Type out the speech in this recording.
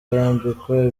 bambikwa